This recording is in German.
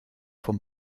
vom